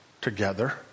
together